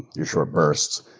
your short bursts.